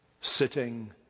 Sitting